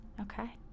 Okay